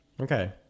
Okay